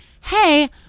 hey